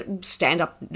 stand-up